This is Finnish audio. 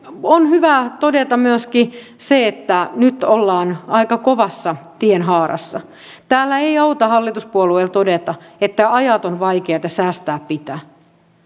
on hyvä todeta myöskin se että nyt ollaan aika kovassa tienhaarassa täällä ei auta hallituspuolueen todeta että ajat ovat vaikeita säästää pitää